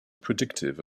predictive